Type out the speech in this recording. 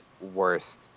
worst